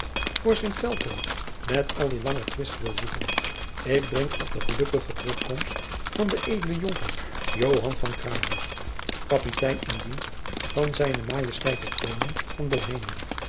met al die langer twist wil zoeken ik drink op de gelukkige terugkomst van den edelen jonker joan van craeihorst kapitein in dienst van zijne majesteit den koning van boheme